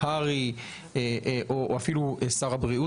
הר"י או אפילו שר הבריאות,